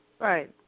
Right